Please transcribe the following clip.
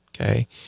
okay